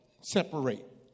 Separate